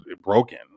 broken